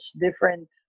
different